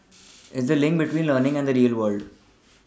it's the link between learning and the real world